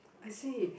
I see